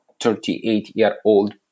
38-year-old